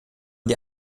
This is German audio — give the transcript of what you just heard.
die